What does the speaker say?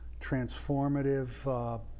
transformative